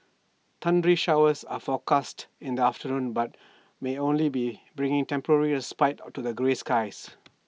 thundery showers are forecast in the afternoon but may only be bring A temporary respite to the grey skies